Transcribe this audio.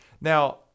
Now